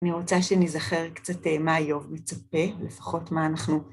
אני רוצה שנזכר קצת מה איוב מצפה, לפחות מה אנחנו...